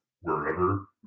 wherever